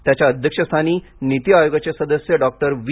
त्याच्या अध्यक्षस्थानी नीति आयोगाचे सदस्य डॉक्टर वी